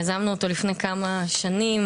יזמנו אותו לפני כמה שנים,